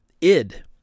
ID